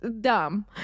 dumb